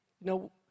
No